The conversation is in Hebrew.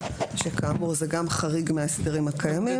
שכאמור זה גם חריג מההסדרים הקיימים.